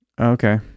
okay